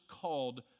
called